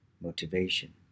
motivation